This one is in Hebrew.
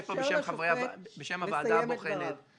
פה בשם הוועדה הבוחנת -- אני מבקשת לאפשר לשופט לסיים את דבריו.